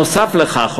נוסף על כך,